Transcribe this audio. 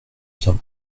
vient